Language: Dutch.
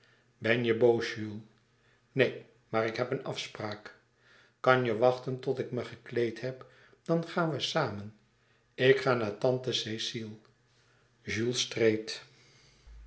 ben je boos jules neen maar ik heb een afspraak kan je wachten tot ik me gekleed heb dan gaan we samen ik ga naar tante cecile